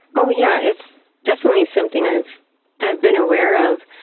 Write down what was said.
oh, yeah. it's definitely something i've i've been aware of.